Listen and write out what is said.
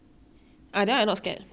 injection I run away